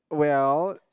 well